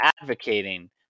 advocating